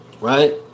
Right